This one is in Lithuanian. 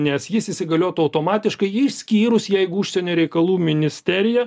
nes jis įsigaliotų automatiškai išskyrus jeigu užsienio reikalų ministerija